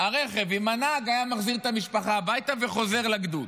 הרכב עם הנהג היה מחזיר את המשפחה הביתה וחוזר לגדוד.